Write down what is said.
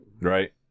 Right